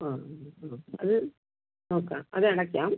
ആ അത് അത് നോക്കാം അതടയ്ക്കാം